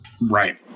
Right